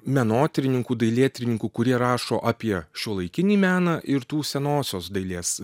menotyrininkų dailėtyrininkų kurie rašo apie šiuolaikinį meną ir tų senosios dailės